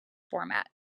format